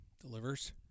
Delivers